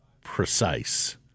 precise